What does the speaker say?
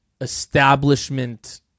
establishment